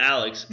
Alex